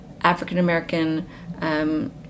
African-American